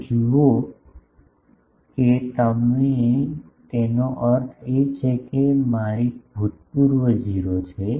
તો તમે જુઓ કે તેનો અર્થ એ છે કે મારી ભૂતપૂર્વ 0 છે